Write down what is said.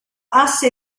asse